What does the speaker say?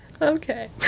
Okay